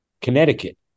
Connecticut